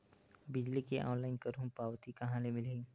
बिजली के ऑनलाइन करहु पावती कहां ले मिलही?